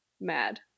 mad